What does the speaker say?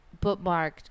bookmarked